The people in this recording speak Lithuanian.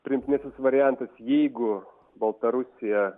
priimtinesnis variantas jeigu baltarusija